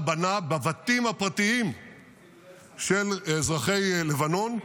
בנה בבתים הפרטיים של אזרחי לבנון.